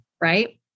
right